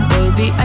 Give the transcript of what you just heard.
Baby